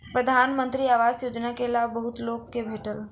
प्रधानमंत्री आवास योजना के लाभ बहुत लोक के भेटल